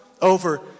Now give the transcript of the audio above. over